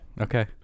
Okay